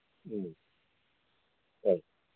ꯎꯝ ꯍꯣꯏ